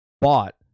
bought